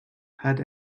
had